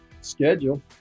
schedule